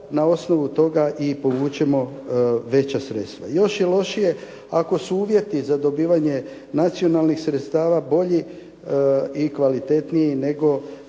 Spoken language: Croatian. na osnovu toga i povučemo veća sredstva. Još je lošije ako su uvjeti za dobivanje nacionalnih sredstava bolji i kvalitetniji nego